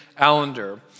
Allender